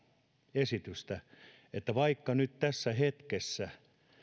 esitystä nyt tässä hetkessä